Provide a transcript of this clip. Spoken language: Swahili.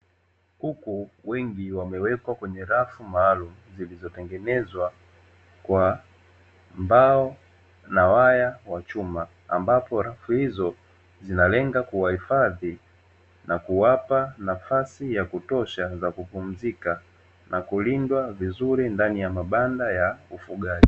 Kuku wengi wamewekwa kwenye rafu maalumu zilizotengenezwa kwa mbao na waya wa chuma, ambapo rafu hizo zinalenga kuwahifadhi na kuwapa nafasi ya kutosha, na kupumzika na kulindwa vizuri ndani ya mabanda ya ufugaji.